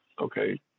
okay